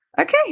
Okay